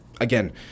again